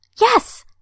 Yes